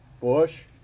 Bush